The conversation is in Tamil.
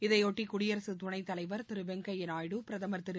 இதையொட்டி குடியரசுத் துணைத் தலைவர் திரு வெங்கைய நாயுடு பிரதமர் திரு